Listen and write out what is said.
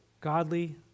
godly